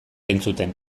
entzuten